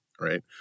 right